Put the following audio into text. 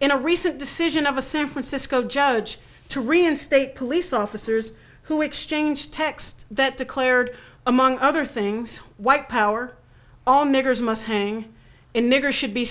in a recent decision of a san francisco judge to reinstate police officers who exchanged text that declared among other things white power all niggers must hang in nigger should be